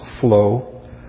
flow